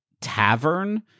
tavern